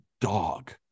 dog